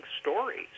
stories